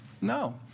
No